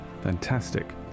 Fantastic